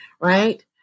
right